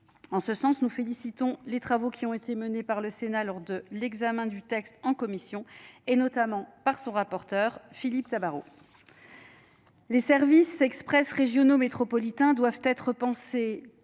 en ce sens. Nous félicitons les travaux qui ont été menés par le Sénat lors de l'examen du texte en commission et notamment par son rapporteur, Philippe Tamaro. Les services express régionaux métropolitains doivent être pensés